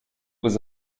was